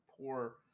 poor